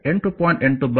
8 ಬರುತ್ತದೆ